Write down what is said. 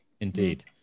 indeed